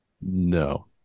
No